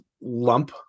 lump